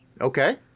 Okay